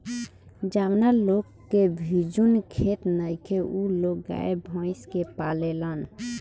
जावना लोग के भिजुन खेत नइखे उ लोग गाय, भइस के पालेलन